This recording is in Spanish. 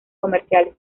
comerciales